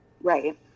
Right